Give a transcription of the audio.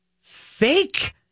fake